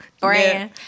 Brand